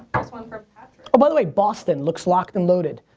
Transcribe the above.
here's one for patrick. oh by the way boston looks locked and loaded.